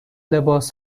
لباس